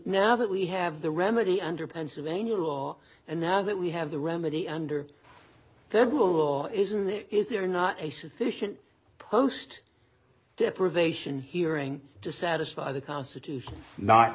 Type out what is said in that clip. now that we have the remedy under pennsylvania law and now that we have the remedy under federal law isn't there is there not a sufficient post deprivation hearing to satisfy the constitution not